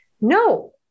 No